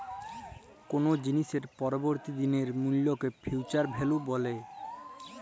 call জিলিসের পরবর্তী দিলের মূল্যকে ফিউচার ভ্যালু ব্যলে